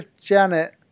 Janet